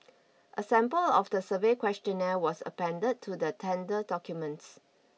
a sample of the survey questionnaire was appended to the tender documents